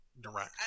direct